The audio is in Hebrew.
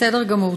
בסדר גמור.